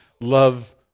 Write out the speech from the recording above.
Love